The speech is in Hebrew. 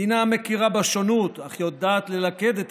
מדינה המכירה בשונות אך היודעת ללכד את